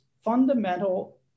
fundamental